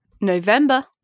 November